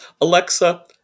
Alexa